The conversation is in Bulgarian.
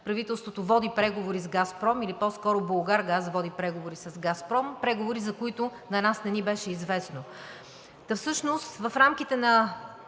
правителството води преговори с „Газпром“ или по-скоро „Булгаргаз“ води преговори с „Газпром“ – преговори, за които на нас не ни беше известно. Всъщност в рамките на